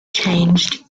changed